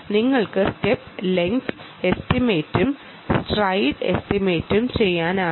നിങ്ങൾക്ക് step length എസ്റ്റിമേറ്റും stride എസ്റ്റിമേറ്റും ചെയ്യാനാകും